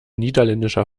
niederländischer